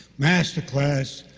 master class,